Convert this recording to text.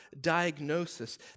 diagnosis